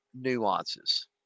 nuances